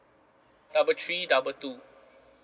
double three double two